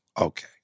Okay